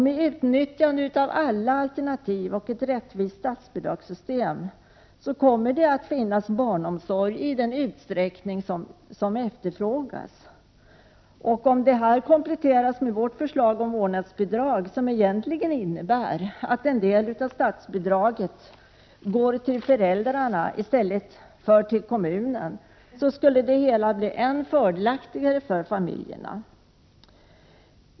Med utnyttjande av alla alternativ och med ett rättvist statsbidragssystem kommer det att finnas barnomsorg i den utsträckning som efterfrågas. Om detta kompletteras med vårt förslag till vårdnadsbidrag, som egentligen innebär att en del av statsbidraget går till föräldrarna i stället för till kommunen, skulle det hela bli än mer fördelaktigt för familjerna.